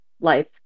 life